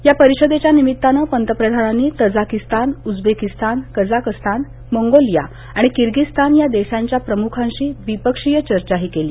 या परिषदेच्या निमित्तानं पंतप्रधानांनी तझाकिस्तान उस्बेकीस्तान कझाकस्तान मंगोलिया आणि किर्गीस्तान या देशांच्या प्रमुखांशी द्विपक्षीय चर्चाही केली